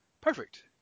Perfect